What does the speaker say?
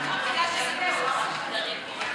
היום נפגשתי עם ראש עיריית טייבה